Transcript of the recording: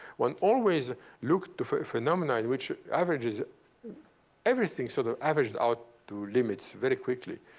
one always look to phenomenon which averages everything so they're averaged out to limits very quickly.